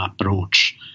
approach